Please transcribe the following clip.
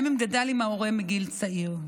גם אם גדל עם ההורה מגיל צעיר.